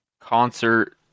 concert